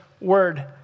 word